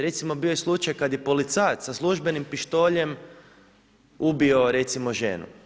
Recimo, bio je slučaj kad je policajac sa službenim pištoljem ubio recimo ženu.